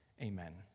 Amen